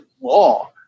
law